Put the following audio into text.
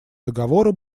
договора